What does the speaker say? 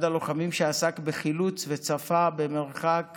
אחד הלוחמים שעסק בחילוץ וצפה במרחק